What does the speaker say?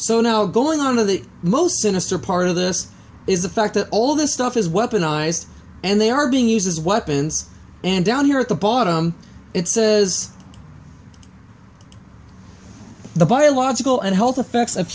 so now going on of the most sinister part of this is the fact that all this stuff is weaponized and they are being used as weapons and down here at the bottom it says the biological and health effects of